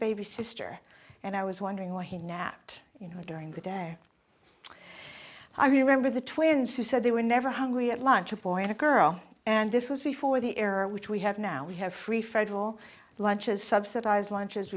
baby sister and i was wondering why he napped you know during the day i remember the twins who said they were never hungry at lunch a boy and a girl and this was before the error which we have now we have free federal lunches subsidized lunches